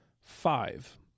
five